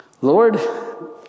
Lord